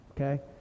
Okay